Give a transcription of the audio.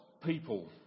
people